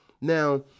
Now